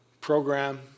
program